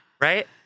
Right